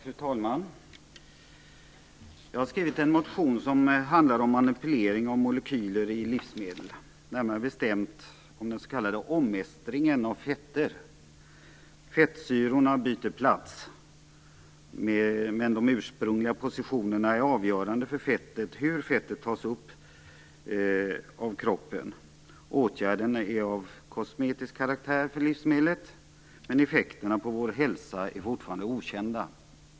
Fru talman! Jag har skrivit en motion som handlar om manipulering av molekyler i livsmedel, närmare bestämt om den s.k. omestringen av fetter. Fettsyrorna byter plats, men de ursprungliga positionerna är avgörande för hur fettet tas upp av kroppen. Åtgärden är av kosmetisk karaktär för livsmedlet, men effekterna på vår hälsa är fortfarande okända.